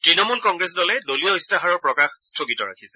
তৃণমূল Congress দলে দলীয় ইস্তাহাৰ প্ৰকাশ স্থগিত ৰাখিছে